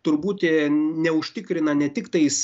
turbūt neužtikrina ne tiktais